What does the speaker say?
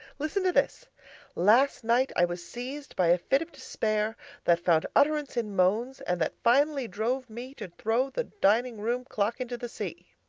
listen to this last night i was seized by a fit of despair that found utterance in moans, and that finally drove me to throw the dining-room clock into the sea